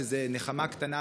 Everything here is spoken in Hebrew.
שזאת נחמה קטנה,